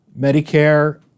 Medicare